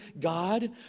God